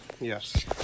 Yes